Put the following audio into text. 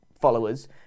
followers